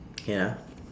can ah